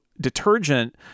detergent